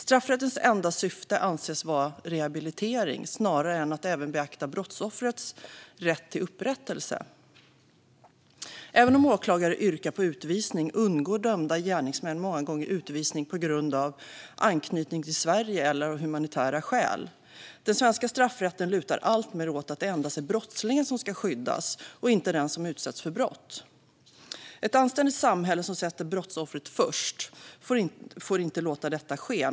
Straffrättens enda syfte anses vara rehabilitering snarare än att även beakta brottsoffrets rätt till upprättelse. Även om åklagare yrkar på utvisning undgår dömda gärningsmän många gånger utvisning på grund av anknytning till Sverige eller av humanitära skäl. Den svenska straffrätten lutar alltmer åt att det endast är brottslingen som ska skyddas och inte den som utsätts för brott. Ett anständigt samhälle, som sätter brottsoffret först, får inte låta detta ske.